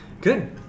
Good